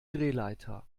drehleiter